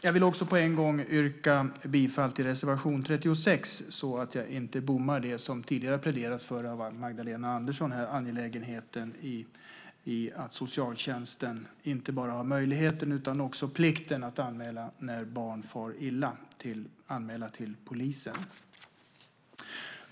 Jag vill också på en gång yrka bifall till reservation 36 så att jag inte bommar det som det tidigare pläderats för av Magdalena Andersson här, nämligen angelägenheten i att socialtjänsten inte bara har möjlighet utan också plikt att anmäla till polisen när barn far illa.